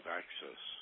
access